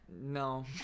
No